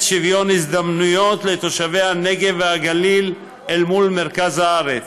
שוויון הזדמנויות לתושבי הנגב והגליל אל מול מרכז הארץ.